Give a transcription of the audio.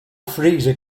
freezer